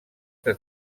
que